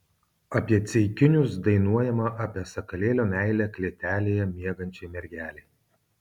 apie ceikinius dainuojama apie sakalėlio meilę klėtelėje miegančiai mergelei